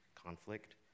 conflict